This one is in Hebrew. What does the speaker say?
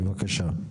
בבקשה.